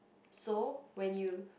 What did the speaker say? so when you